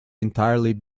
entirely